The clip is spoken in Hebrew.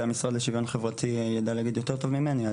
את זה המשרד לשוויון חברתי ידע להגיד יותר טוב ממני,